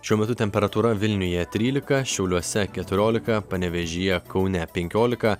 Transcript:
šiuo metu temperatūra vilniuje trylika šiauliuose keturiolika panevėžyje kaune penkiolika